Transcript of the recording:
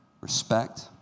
respect